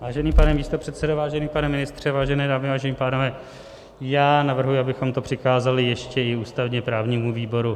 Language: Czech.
Vážený pane místopředsedo, vážený pane ministře, vážené dámy, vážení pánové, já navrhuji, abychom to přikázali ještě i ústavněprávnímu výboru.